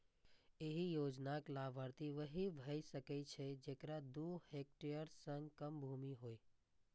एहि योजनाक लाभार्थी वैह भए सकै छै, जेकरा दू हेक्टेयर सं कम भूमि होय